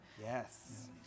Yes